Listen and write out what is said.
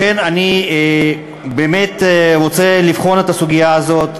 לכן אני באמת רוצה לבחון את הסוגיה הזאת.